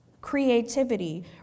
creativity